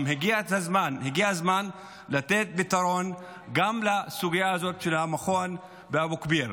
הגיע הזמן לתת פתרון גם לסוגיה הזאת של המכון באבו כביר.